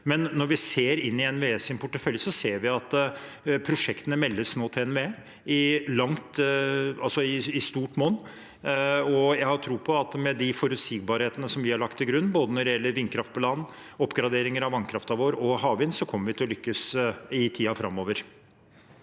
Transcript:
men når vi ser inn i NVEs portefølje, ser vi at prosjektene nå meldes til NVE i stort monn. Jeg har tro på at med de forutsigbarhetene vi har lagt til grunn når det gjelder både vindkraft på land, oppgraderinger av vannkraften vår og havvind, kommer vi til å lykkes i tiden framover.